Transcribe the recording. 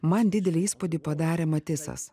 man didelį įspūdį padarė matisas